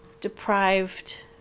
deprived